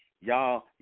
Y'all